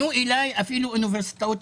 בחו"ל?